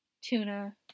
tuna